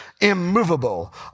immovable